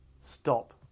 stop